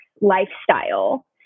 lifestyle